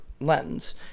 lens